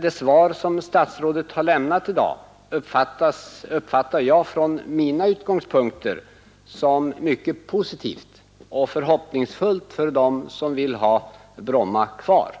Det svar som statsrådet har lämnat i dag uppfattar jag från mina utgångspunkter som mycket positivt och förhoppningsfullt för dem som vill ha Brommafältet kvar.